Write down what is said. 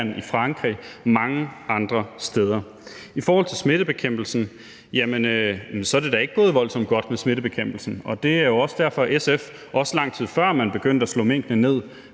Frankrig og mange andre steder. Med hensyn til smittebekæmpelsen: Det er da ikke gået voldsomt godt med smittebekæmpelsen. Det er jo også derfor, at SF, også lang tid før man begyndte at slå minkene ned,